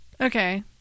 Okay